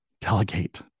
delegate